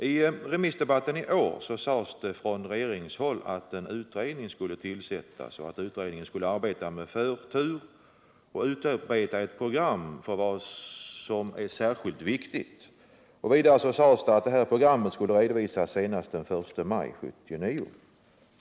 I remissdebatten i år sades det från regeringshåll att en utredning skulle tillsättas och att utredningen skulle arbeta med förtur och utarbeta ett program för vad som är särskilt viktigt. Vidare sades det att programmet skulle redovisas senast den 1 maj 1979.